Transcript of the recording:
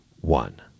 one